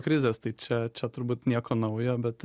krizės tai čia čia turbūt nieko naujo bet